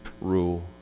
rule